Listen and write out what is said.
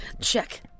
Check